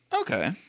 Okay